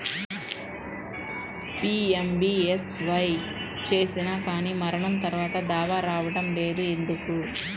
PMBSY చేసినా కానీ మరణం తర్వాత దావా రావటం లేదు ఎందుకు?